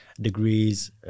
degrees